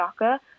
DACA